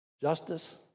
justice